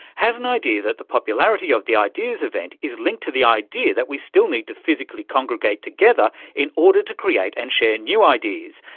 has an idea that the popularity of the ideas event is linked to the idea that we still need to physically congregate together in order to create and share new ideas.